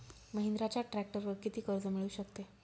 महिंद्राच्या ट्रॅक्टरवर किती कर्ज मिळू शकते?